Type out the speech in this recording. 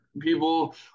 people